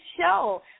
show